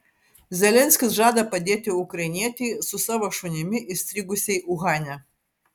zelenskis žada padėti ukrainietei su savo šunimi įstrigusiai uhane